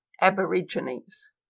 Aborigines